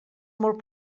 molt